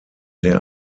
der